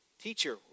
teacher